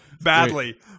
Badly